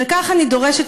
ועל כך אני דורשת,